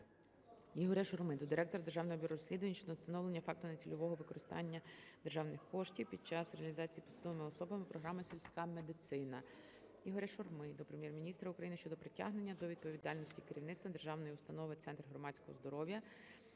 Ігоря Шурми до директора Державного бюро розслідувань щодо встановлення факту нецільового використання державних коштів під час реалізації посадовими особами програми "Сільська медицина". Ігоря Шурми до Прем'єр-міністра України щодо притягнення до відповідальності керівництва Державної установи "Центр громадського здоров`я